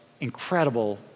incredible